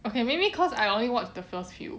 okay maybe cause I only watched the first few